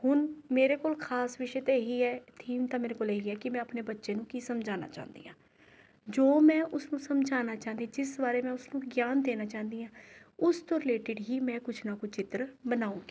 ਹੁਣ ਮੇਰੇ ਕੋਲ ਖ਼ਾਸ ਵਿਸ਼ੇ 'ਤੇ ਇਹ ਹੀ ਹੈ ਥੀਮ ਤਾਂ ਮੇਰੇ ਕੋਲ ਇਹ ਹੀ ਹੈ ਕਿ ਮੈਂ ਆਪਣੇ ਬੱਚੇ ਨੂੰ ਕੀ ਸਮਝਾਉਣਾ ਚਾਹੁੰਦੀ ਹਾਂ ਜੋ ਮੈਂ ਉਸਨੂੰ ਸਮਝਾਉਣਾ ਚਾਹੁੰਦੀ ਹਾਂ ਜਿਸ ਬਾਰੇ ਮੈਂ ਉਸਨੂੰ ਗਿਆਨ ਦੇਣਾ ਚਾਹੁੰਦੀ ਹਾਂ ਉਸਤੋਂ ਰਿਲੇਟਿਡ ਹੀ ਮੈਂ ਕੁਛ ਨਾ ਕੁਛ ਚਿੱਤਰ ਬਣਾਉਂਗੀ